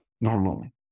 normally